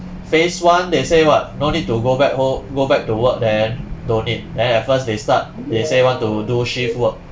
phase one they say what no need to go back ho~ go back to work then don't need then at first they start they say want to do shift work